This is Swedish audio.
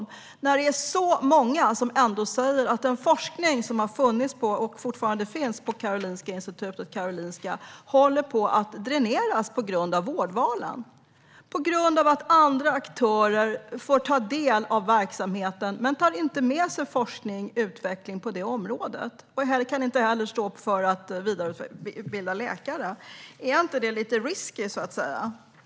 Men blir inte du orolig när det är så många som säger att den forskning som har funnits och fortfarande finns på Karolinska Institutet och Karolinska sjukhuset håller på att dräneras på grund av vårdvalen, på grund av att andra aktörer får ta del av verksamheten men inte tar med sig forskning eller utveckling på det området? De vill inte heller stå för att vidareutbilda läkare. Är inte det lite risky, så att säga?